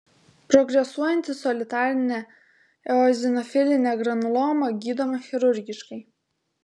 progresuojanti solitarinė eozinofilinė granuloma gydoma chirurgiškai